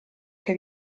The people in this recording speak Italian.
che